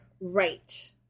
right